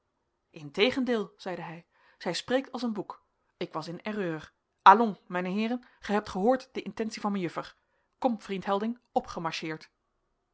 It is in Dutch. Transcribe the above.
integendeel zeide hij zij spreekt als een boek ik was in erreur allons mijne heeren gij hebt gehoord de intentie van mejuffer kom vriend helding